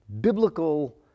biblical